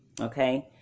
Okay